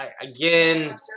Again